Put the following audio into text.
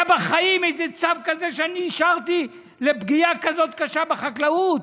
היה בחיים איזה צו כזה שאני אישרתי לפגיעה כזאת קשה בחקלאות?